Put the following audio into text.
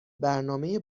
برنامه